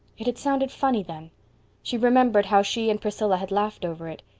it had sounded funny then she remembered how she and priscilla had laughed over it.